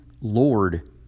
Lord